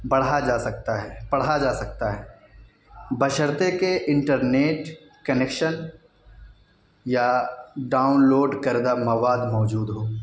بڑھا جا سکتا ہے پڑھا جا سکتا ہے بشرطیکہ انٹرنیٹ کنیکشن یا ڈاؤنلوڈ کردہ مواد موجود ہو